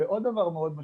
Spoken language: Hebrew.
עוד דבר מאוד משמעותי,